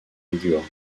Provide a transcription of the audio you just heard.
ligure